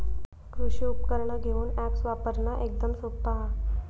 कृषि उपकरणा घेऊक अॅप्स वापरना एकदम सोप्पा हा